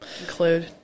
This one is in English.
include